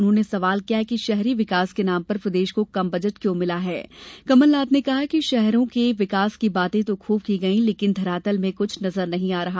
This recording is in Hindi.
उन्होंने सवाल किया है कि शहरी विकास के नाम पर प्रदेश को कम बजट क्यों मिला है कमलनाथ ने कहा है कि शहरों के विकास की बातें तो खूब की गई हैं लेकिन धरातल में कुछ नजर नहीं आ रहा